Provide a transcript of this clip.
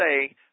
say